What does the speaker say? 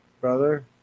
brother